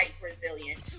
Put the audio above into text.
Brazilian